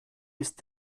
ist